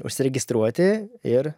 užsiregistruoti ir